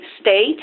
state